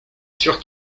sûr